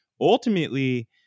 ultimately